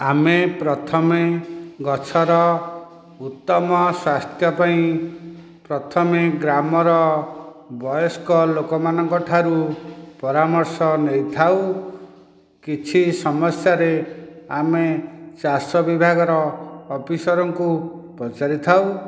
ଆମେ ପ୍ରଥମେ ଗଛର ଉତ୍ତମ ସ୍ୱାସ୍ଥ୍ୟ ପାଇଁ ପ୍ରଥମେ ଗ୍ରାମର ବୟସ୍କ ଲୋକ ମାନଙ୍କ ଠାରୁ ପରାମର୍ଶ ନେଇଥାଉ କିଛି ସମସ୍ୟାରେ ଆମେ ଚାଷ ବିଭାଗର ଅଫିସରଙ୍କୁ ପଚାରିଥାଉ